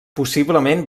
possiblement